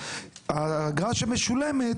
האגרה שמשולמת,